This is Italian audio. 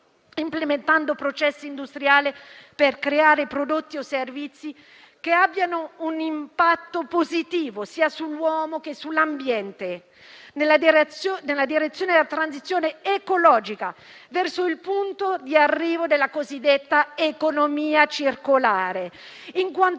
implementando processi industriali per creare prodotti o servizi che abbiano un impatto positivo sia sull'uomo sia sull'ambiente. Tutto ciò va nella direzione della transizione ecologica verso il punto d'arrivo della cosiddetta economia circolare, in quanto